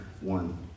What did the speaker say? one